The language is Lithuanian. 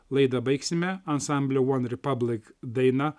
laidą baigsime ansamblio onerepublic daina